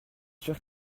sûr